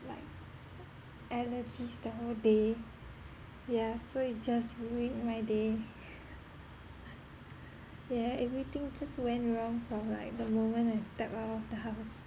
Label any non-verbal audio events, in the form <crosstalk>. like allergies the whole day yeah so it just ruined my day <laughs> yeah everything just went wrong from like the moment I stepped out of the house